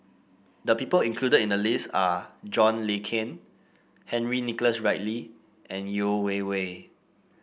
the people included in the list are John Le Cain Henry Nicholas Ridley and Yeo Wei Wei